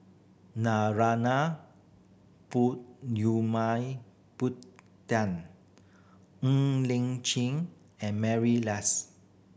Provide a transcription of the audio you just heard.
Narana Ng Lin Chin and Mary Lass